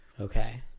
okay